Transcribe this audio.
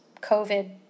COVID